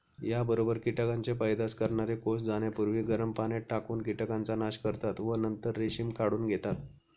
याबरोबर कीटकांचे पैदास करणारे कोष जाण्यापूर्वी गरम पाण्यात टाकून कीटकांचा नाश करतात व नंतर रेशीम काढून घेतात